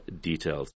details